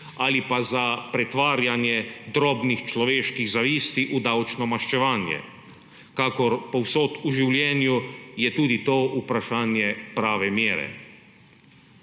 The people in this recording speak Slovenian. ali pa za pretvarjanje drobnih človeških zavisti v davčno maščevanje. Kakor povsod v življenju, je tudi to vprašanje prave mere.